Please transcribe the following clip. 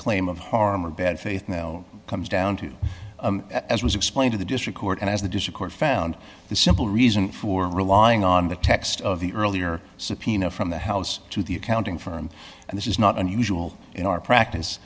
claim of harm or bad faith now comes down to as was explained to the district court and as the discord found the simple reason for relying on the text of the earlier subpoena from the house to the accounting firm and this is not unusual in our practice